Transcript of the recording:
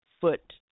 foot